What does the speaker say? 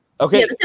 Okay